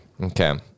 Okay